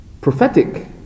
prophetic